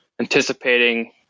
anticipating